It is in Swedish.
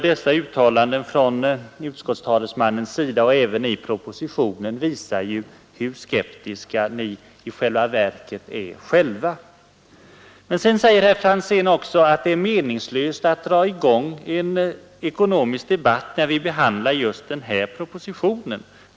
Dessa uttalanden från utskottets talesman och i propositionen visar hur föga entusiastiska ni i själva verket är. Sedan säger herr Franzén att det är meningslöst att dra i gång en ekonomisk debatt, när vi behandlar just denna proposition.